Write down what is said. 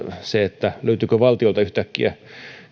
se löytyykö valtiolta yhtäkkiä